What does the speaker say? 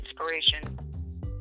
inspiration